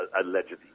allegedly